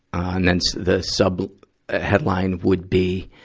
and then the sub-headline sub-headline would be,